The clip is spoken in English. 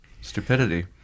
stupidity